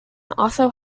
also